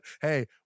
Hey